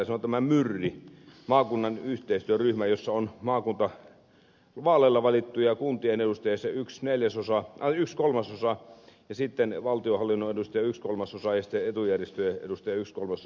se on tämä myr maakuntien yhteistyöryhmä jossa on maakuntavaaleilla valittuja kuntien edustajia se yksi kolmasosa ja sitten valtionhallinnon edustajia yksi kolmasosa ja etujärjestöjen edustajia yksi kolmasosa